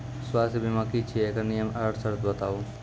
स्वास्थ्य बीमा की छियै? एकरऽ नियम आर सर्त बताऊ?